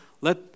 let